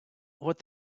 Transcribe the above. what